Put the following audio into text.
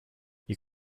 you